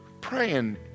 Praying